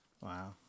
Wow